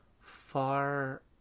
far